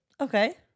Okay